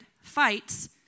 fights